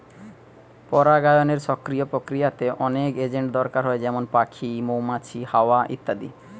পরাগায়নের সক্রিয় প্রক্রিয়াতে অনেক এজেন্ট দরকার হয় যেমন পাখি, মৌমাছি, হাওয়া ইত্যাদি